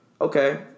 okay